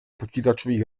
počítačových